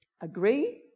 agree